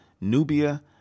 Nubia